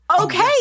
Okay